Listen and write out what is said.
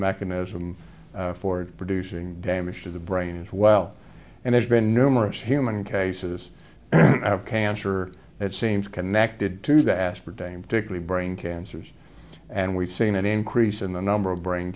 mechanism for producing damage to the brain as well and there's been numerous human cases of cancer it seems connected to the aspartame particularly brain cancers and we've seen an increase in the number of brain